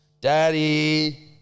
Daddy